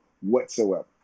whatsoever